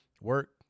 work